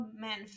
men